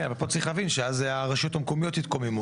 אבל פה צריך להבין שגם הרשויות המקומיות יתקוממו,